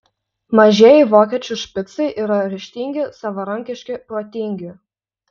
mažieji vokiečių špicai yra ryžtingi savarankiški protingi